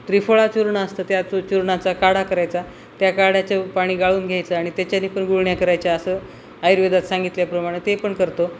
त्रिफळा चूर्ण असतं त्या चूर्णाचा काढा करायचा त्या काढ्याचे पाणी गाळून घ्यायचं आणि त्याच्याने पण गुळण्या करायच्या असं आयुर्वेदात सांगितल्याप्रमाणं ते पण करतो